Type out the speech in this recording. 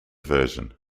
version